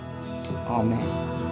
Amen